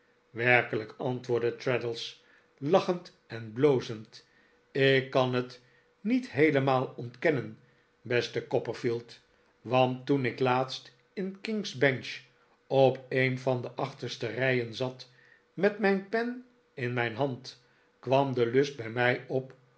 werkelijk antwoordde traddles lachend en blozend ik kan het niet heelemaal ontkennen beste copperfield want toen ik laatst in king's bench op een van de achterste rijen zat met mijn pen in mijn hand kwam de lust bij mij op